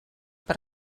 per